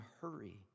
hurry